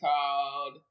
called